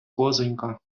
козонька